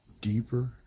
deeper